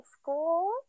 school